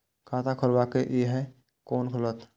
खाता खोलवाक यै है कोना खुलत?